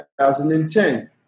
2010